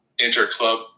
inter-club